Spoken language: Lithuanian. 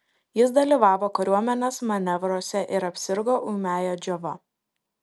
jis dalyvavo kariuomenės manevruose ir apsirgo ūmiąja džiova